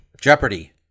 Jeopardy